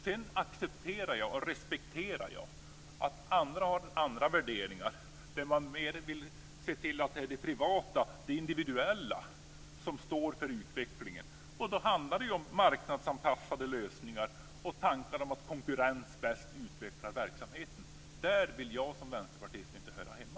Jag accepterar och respekterar att andra har andra värderingar där man mer vill se att det är det privata och det individuella som står för utvecklingen. Då handlar det om marknadsanpassade lösningar och tankar om att konkurrens bäst utvecklar verksamheten. Där vill jag som vänsterpartist inte höra hemma.